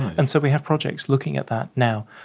and so we have projects looking at that now.